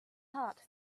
heart